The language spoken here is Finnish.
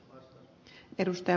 arvoisa puhemies